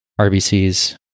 RBCs